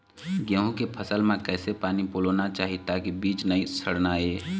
गेहूं के फसल म किसे पानी पलोना चाही ताकि बीज नई सड़ना ये?